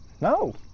No